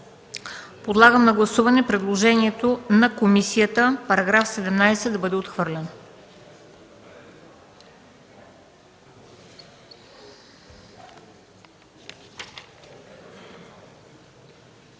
Подлагам на гласуване предложението на комисията § 80 да бъде отхвърлен.